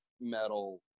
metal